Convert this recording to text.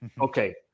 Okay